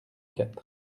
quatre